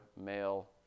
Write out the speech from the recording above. male